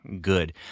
good